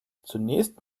zunächst